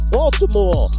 Baltimore